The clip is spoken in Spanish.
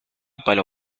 palo